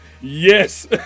Yes